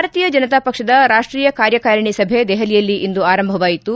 ಭಾರತೀಯ ಜನತಾ ಪಕ್ಷದ ರಾಷ್ಷೀಯ ಕಾರ್ಯಕಾರಿಣಿ ಸಭೆ ದೆಹಲಿಯಲ್ಲಿ ಇಂದು ಆರಂಭವಾಯಿತು